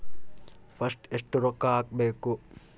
First ಎಷ್ಟು ರೊಕ್ಕ ಹಾಕಬೇಕು?